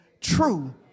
true